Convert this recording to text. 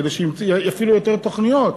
כדי שיפעילו יותר תוכניות.